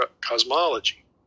cosmology